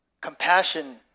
Compassion